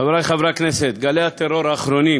חברי חברי הכנסת, גלי הטרור האחרונים